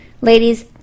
Ladies